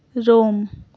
Rome